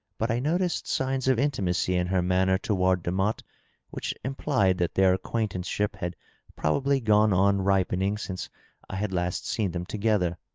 but i noticed signs of intimacy in her manner toward demotte which implied that their acquaintance ship had probably gone on ripening since i had last seen them together.